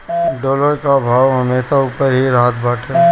dollar कअ भाव हमेशा उपर ही रहत बाटे